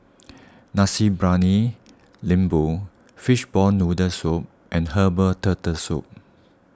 Nasi Briyani Lembu Fishball Noodle Soup and Herbal Turtle Soup